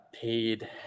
paid